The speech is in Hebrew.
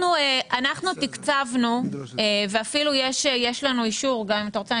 אנו תקצבנו ואפילו יש לנו אישור אם תרצה,